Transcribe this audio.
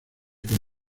con